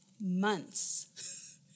months